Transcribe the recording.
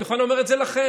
אני בכלל אומר את זה לכם.